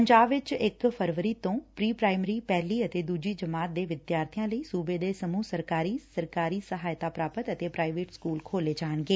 ਪੰਜਾਬ ਵਿੱਚ ਇੱਕ ਫਰਵਰੀ ਤੋਂ ਪ੍ੀ ਪ੍ਾਇਮਰੀ ਪਹਿਲੀ ਅਤੇ ਦੁਜੀ ਜਮਾਤ ਦੇ ਵਿਦਿਆਰਬੀਆਂ ਲਈ ਸੁਬੇ ਦੇ ਸਮੁਹ ਸਰਕਾਰੀ ਸਰਕਾਰੀ ਸਹਾਇਤਾ ਪ੍ਰਾਪਤ ਅਤੇ ਪ੍ਰਾਈਵੇਟ ਸਕੁਲ ਖੋਲ੍ਹੇ ਜਾਣਗੇ